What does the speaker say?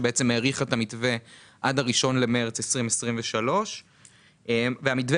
שבעצם האריכה את המתווה עד ה-1 במרס 2023. המתווה